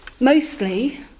Mostly